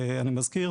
אני מזכיר,